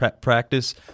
practice